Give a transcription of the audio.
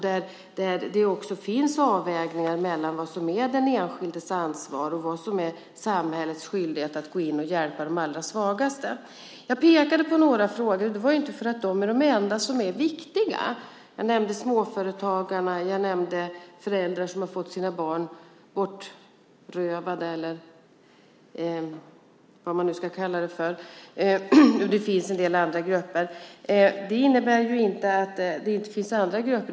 Det finns också avvägningar mellan vad som är den enskildes ansvar och vad som är samhällets skyldighet att gå in och hjälpa de allra svagaste. Jag pekade på några frågor. Det var inte för att de är de enda som är viktiga. Jag nämnde småföretagarna och föräldrar som har fått sina barn bortrövade, eller vad man nu ska kalla det för, och en del ytterligare grupper. Det innebär inte att det finns andra grupper.